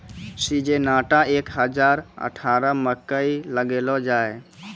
Syngenta एक हजार अठारह मकई लगैलो जाय?